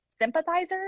sympathizers